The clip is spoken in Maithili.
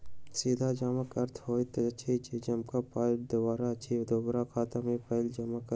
सीधा जमाक अर्थ होइत अछि जे जकरा पाइ देबाक अछि, ओकरा खाता मे पाइ जमा करब